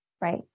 Right